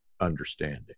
understanding